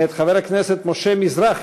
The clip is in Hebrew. מאת חבר הכנסת משה מזרחי,